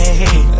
hey